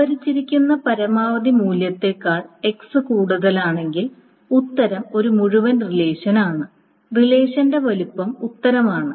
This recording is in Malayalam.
സംഭരിച്ചിരിക്കുന്ന പരമാവധി മൂല്യത്തേക്കാൾ x കൂടുതലാണെങ്കിൽ ഉത്തരം ഒരു മുഴുവൻ റിലേഷൻ ആണ് റിലേഷന്റെ വലുപ്പം ഉത്തരമാണ്